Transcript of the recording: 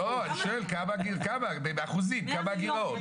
אני שואל, באחוזים, כמה הגירעון?